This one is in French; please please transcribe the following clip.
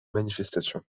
manifestations